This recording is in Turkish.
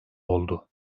oldu